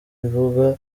ivuga